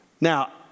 Now